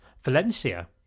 Valencia